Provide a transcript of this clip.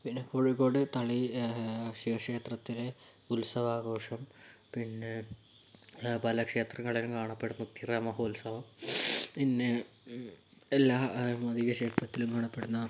പിന്നെ കോഴിക്കോട് തളി ശിവക്ഷേത്രത്തിൽ ഉത്സവാഘോഷം പിന്നെ പല ക്ഷേത്രങ്ങളിലും കാണപ്പെടുന്നു തിറ മഹോത്സവം പിന്നെ എല്ലാ അധിക ക്ഷേത്രത്തിലും കാണപ്പെടുന്ന